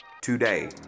Today